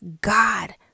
God